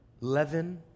leaven